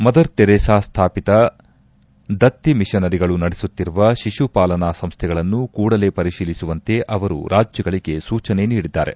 mother Teresa ಸ್ಥಾಪಿತ ದತ್ತಿ ಮಿಷನರಿಗಳು ನಡೆಸುತ್ತಿರುವ ಶಿಶುಪಾಲನಾ ಸಂಸ್ಥೆಗಳನ್ನು ಕೂಡಲೇ ಪರಿಶೀಲಿಸುವಂತೆ ಅವರು ರಾಜ್ಲಗಳಿಗೆ ಸೂಚನೆ ನೀಡಿದ್ದಾರೆ